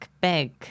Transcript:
big